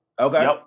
Okay